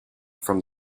from